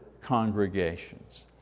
congregations